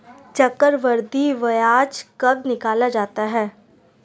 चक्रवर्धी ब्याज कब निकाला जाता है?